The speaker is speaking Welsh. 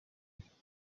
gymraeg